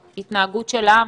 בהתנהגות של העם,